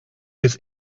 his